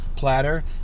Platter